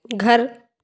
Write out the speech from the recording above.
घर